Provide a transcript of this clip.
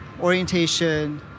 orientation